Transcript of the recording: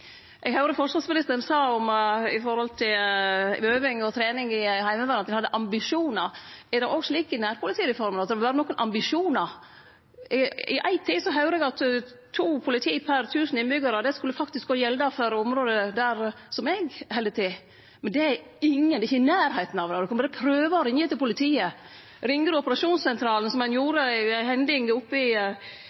øving og trening i Heimevernet. Er det slik òg med nærpolitireforma, at det er nokre ambisjonar? Eg høyrde ei tid at to politi per tusen innbyggjarar skulle gjelde òg for området eg held til i, men det er ikkje i nærleiken av det. Ein kan berre prøve å ringje til politiet. Ringjer ein operasjonssentralen, som ein gjorde ved ei hending øvst i